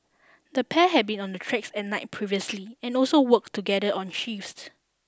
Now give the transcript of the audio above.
the pair had been on the tracks at night previously and also worked together on shifts